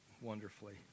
wonderfully